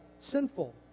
sinful